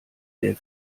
der